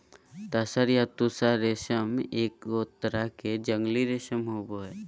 तसर या तुसह रेशम एगो तरह के जंगली रेशम होबो हइ